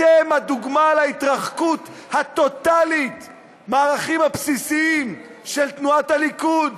אתם הדוגמה להתרחקות הטוטלית מהערכים הבסיסיים של תנועת הליכוד